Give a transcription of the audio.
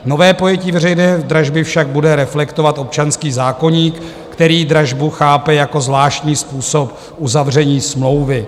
Nové pojetí veřejné dražby však bude reflektovat občanský zákoník, který dražbu chápe jako zvláštní způsob uzavření smlouvy.